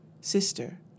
sister